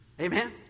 Amen